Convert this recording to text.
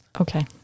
okay